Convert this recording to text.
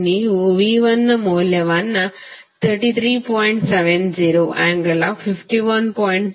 ನೀವು V 1 ಮೌಲ್ಯವನ್ನು 33